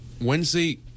Wednesday